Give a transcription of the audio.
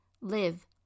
Live